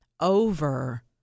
over